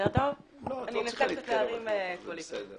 בשבת נקרא